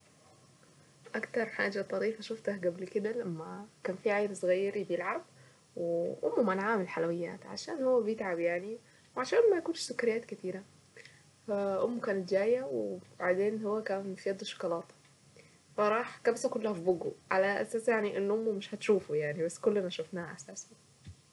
اكتر حاجة طريفة شفتها قبل كدا لما كان في عيل صغير يجي يلعب وامه مانعاه من حلويات عشان هو بيتعب يعني وعشان ما ياكلش سكريات كتيرة فامه كانت جاية وبعدين هو كان في يد الشوكولاتة فراح كبسها كلها في بقه على اساس يعني ان امه مش هتشوفه يعني بس كلنا شوفناه اساسا